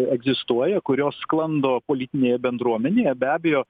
egzistuoja kurios sklando politinėje bendruomenėje be abejo